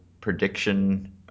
prediction